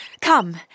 Come